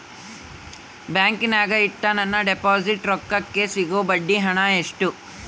ಬ್ಯಾಂಕಿನಾಗ ಇಟ್ಟ ನನ್ನ ಡಿಪಾಸಿಟ್ ರೊಕ್ಕಕ್ಕೆ ಸಿಗೋ ಬಡ್ಡಿ ಹಣ ಎಷ್ಟು?